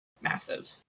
Massive